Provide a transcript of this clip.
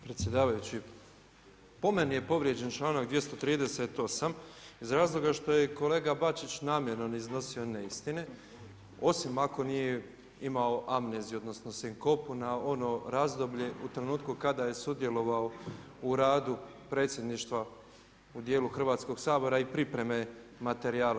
Predsjedavajući, po meni je povrijeđen članak 238. iz razloga što je kolega Bačić namjerno iznosio neistine, osim ako nije imao amneziju, odnosno, sinkopu, na ono razdoblje, u trenutku kada je sudjelovao u radu predsjedništva u dijelu Hrvatskog sabora i pripreme materijala.